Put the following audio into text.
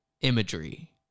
imagery